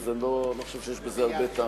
אני לא חושב שיש בזה הרבה טעם.